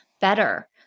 Better